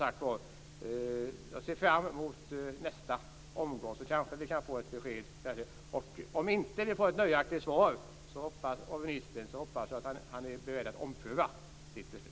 Jag ser alltså fram mot nästa omgång, då vi kanske kan få ett besked. Om vi inte får ett nöjaktigt svar av ministern hoppas jag att han är beredd att ompröva sitt beslut.